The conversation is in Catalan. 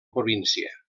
província